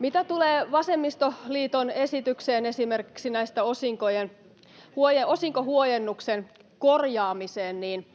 Mitä tulee vasemmistoliiton esitykseen esimerkiksi osinkohuojennuksen korjaamisesta, niin